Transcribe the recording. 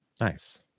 Nice